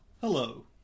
Hello